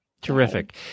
Terrific